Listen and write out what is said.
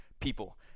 people